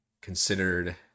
considered